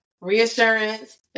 reassurance